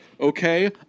okay